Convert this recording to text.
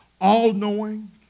all-knowing